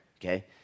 okay